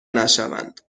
نشوند